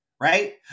Right